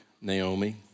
Naomi